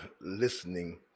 listening